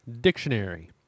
dictionary